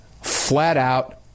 flat-out